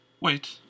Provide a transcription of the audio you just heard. Wait